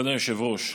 כבוד היושב-ראש,